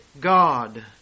God